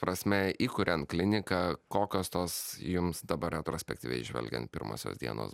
prasme įkuriant kliniką kokios tos jums dabar retrospektyviai žvelgiant pirmosios dienos